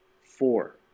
four